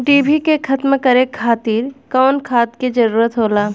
डिभी के खत्म करे खातीर कउन खाद के जरूरत होला?